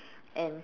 and